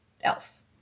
else